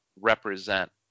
represent